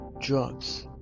drugs